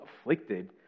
afflicted